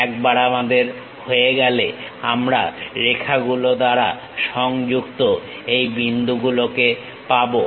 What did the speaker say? একবার আমাদের হয়ে গেলে আমরা রেখাগুলো দ্বারা সংযুক্ত এই বিন্দুগুলোকে পাবো